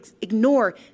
ignore